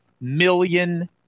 million